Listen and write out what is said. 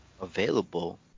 available